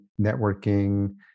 networking